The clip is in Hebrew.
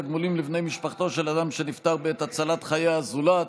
תגמולים לבני משפחתו של אדם שנפטר בעת הצלת חיי הזולת),